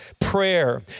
prayer